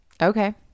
Okay